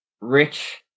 rich